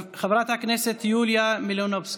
חברת הכנסת יוליה מלינובסקי,